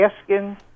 asking